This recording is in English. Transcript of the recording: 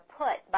put